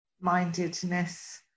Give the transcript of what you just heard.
mindedness